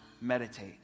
meditate